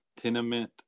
Tenement